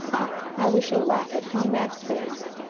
ach, how we shall laugh at konrad's face.